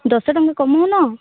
ଦଶଟଙ୍କା କମାଉନ